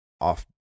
off